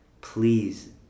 please